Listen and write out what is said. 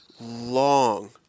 long